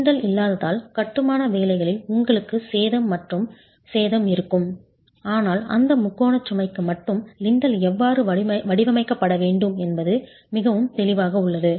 lintel இல்லாததால் கட்டுமான வேலைகளில் உங்களுக்கு சேதம் மற்றும் சேதம் இருக்கும் ஆனால் அந்த முக்கோண சுமைக்கு மட்டும் லிண்டல் எவ்வாறு வடிவமைக்கப்பட வேண்டும் என்பது மிகவும் தெளிவாக உள்ளது